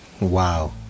wow